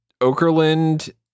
Okerlund